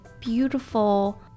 beautiful